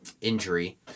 injury